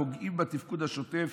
פוגעים בתפקוד השוטף